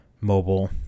mobile